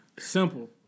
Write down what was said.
Simple